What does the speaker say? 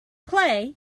play